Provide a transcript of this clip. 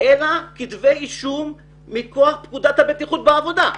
אלא כתבי אישום מכוח פקודת הבטיחות בעבודה.